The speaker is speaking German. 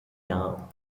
jahr